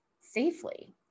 safely